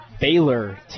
Baylor